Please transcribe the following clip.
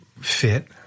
fit